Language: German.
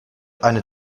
eine